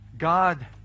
God